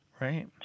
Right